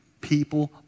people